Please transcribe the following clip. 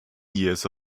years